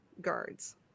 guards